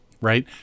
Right